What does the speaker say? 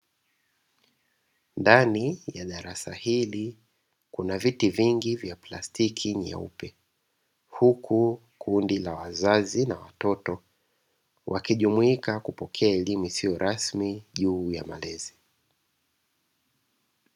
Ndani ya darasa hili kuna viti vingi vya plastiki nyeupe, huku kundi la wazazi na watoto, wakijumuika kupokea elimu isiyo rasmi juu ya malezi ya watoto.